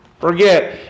forget